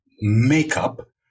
makeup